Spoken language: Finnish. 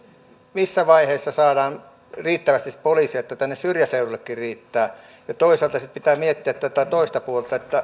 missä vaiheessa saadaan riittävästi poliiseja että tänne syrjäseudullekin riittää ja toisaalta sitten pitää miettiä tätä toista puolta että